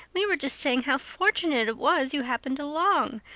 we were just saying how fortunate it was you happened along.